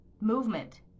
movement